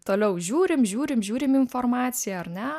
toliau žiūrim žiūrim žiūrim informaciją ar ne